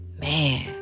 Man